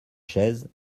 chaise